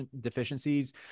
deficiencies